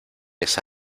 esa